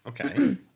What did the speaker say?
Okay